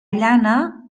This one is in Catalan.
llana